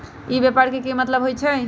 ई व्यापार के की मतलब होई छई?